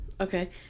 okay